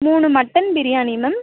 மூணு mutton biryani ma'am